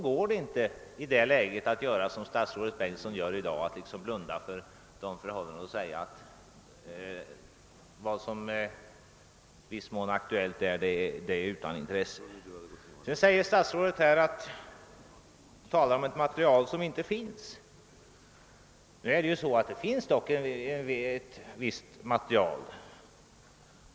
I det läget går det inte att göra som statsrådet Bengtsson gör i dag, nämligen att liksom blunda för de förhållandena och säga att vad som i viss mån är aktuellt där är utan intresse. Statsrådet talar om ett material som inte finns. Emellertid finns det ett visst material.